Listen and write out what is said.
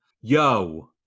Yo